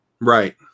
Right